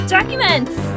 Documents